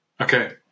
Okay